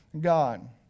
God